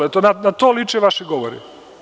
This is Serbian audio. Eto, na to liče vaši govori.